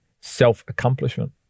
self-accomplishment